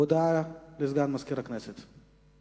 הודעה לסגן מזכיר הכנסת.